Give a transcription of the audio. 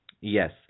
Yes